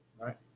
Right